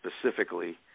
specifically